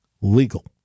legal